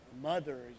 mother